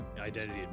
identity